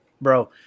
bro